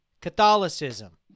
Catholicism